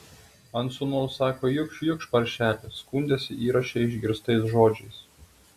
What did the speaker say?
ant sūnaus sako jukš jukš paršeli skundėsi įraše išgirstais žodžiais